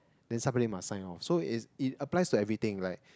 then somebody must sign off so it it applies to everything like